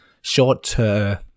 short-term